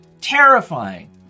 terrifying